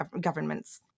governments